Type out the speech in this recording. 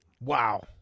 Wow